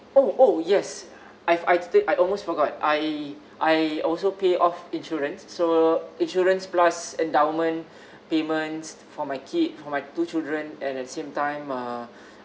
oh oh yes I've I think I almost forgot I I also pay off insurance so insurance plus endowment payments for my kids for my two children and at the same time uh